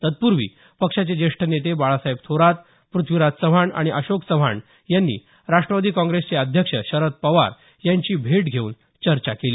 तत्पूर्वी पक्षाचे ज्येष्ठ नेते बाळासाहेब थोरात पृथ्वीराज चव्हाण आणि अशोक चव्हाण यांनी राष्ट्रवादी काँग्रसचे अध्यक्ष शरद पवार यांची भेट घेऊन चर्चा केली